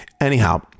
anyhow